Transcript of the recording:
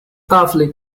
awfully